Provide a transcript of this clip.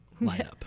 lineup